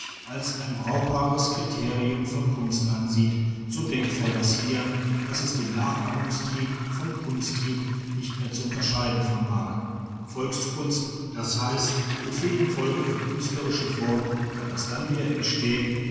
als ein brauchbares kriterium von kunst ansieht so denkfaul das hirn daß es den nachahmungstrieb vom kunsttrieb nicht mehr zu unterscheiden vermag volkskunst d h gefühl im volke für künstlerische form kann erst dann wieder erstehen